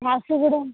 Jharsuguda